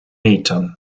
metern